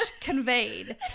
conveyed